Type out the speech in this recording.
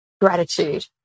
gratitude